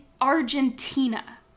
Argentina